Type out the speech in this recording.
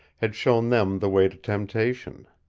had shown them the way to temptation.